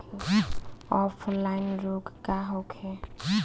Offline रोग का होखे?